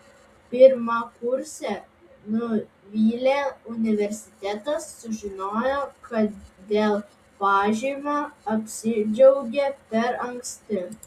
pirmakursę nuvylė universitetas sužinojo kad dėl pažymio apsidžiaugė per anksti